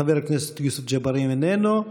חבר הכנסת יוסף ג'בארין, איננו.